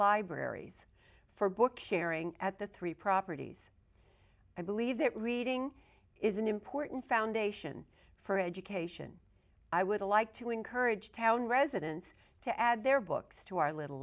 libraries for book sharing at the three properties i believe that reading is an important foundation for education i would like to encourage town residents to add their books to our little